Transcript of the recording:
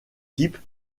type